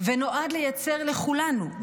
ונועד לייצר לכולנו,